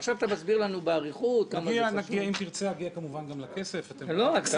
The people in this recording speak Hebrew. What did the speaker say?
עכשיו אתה מסביר לנו באריכות כמה זה חשוב.